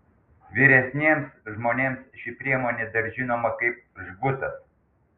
vyresniems žmonėms ši priemonė dar žinoma kaip žgutas